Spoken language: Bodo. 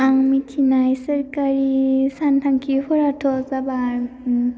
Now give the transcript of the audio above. आं मिथिनाय सोरखारि सानथांखिफोराथ' जाबाय